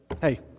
hey